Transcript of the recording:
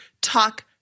talk